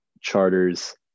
charters